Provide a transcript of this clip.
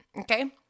okay